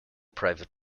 private